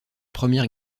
première